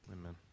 amen